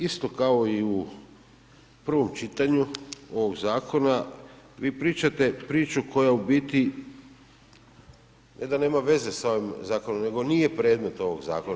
Isto kao i u prvom čitanju ovog zakona, vi pričate priču koja u biti ne da nema veze sa ovim zakonom nego nije predmet ovog zakona.